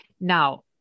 Now